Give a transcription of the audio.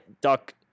duck